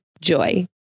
Joy